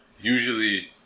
Usually